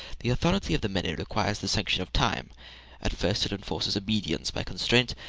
the authority of the many requires the sanction of time at first it enforces obedience by constraint,